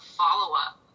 follow-up